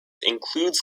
includes